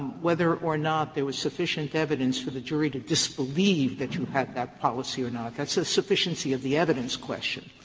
whether or not there was sufficient evidence for the jury to disbelieve that you had that policy or not. that's a sufficiency of the evidence question.